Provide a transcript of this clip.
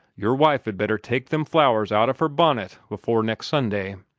your wife'd better take them flowers out of her bunnit afore next sunday.